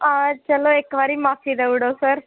आं चलो इक बारी माफी दऊ उड़ो सर